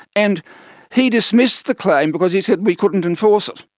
and he dismissed the claim because he said we couldn't enforce it.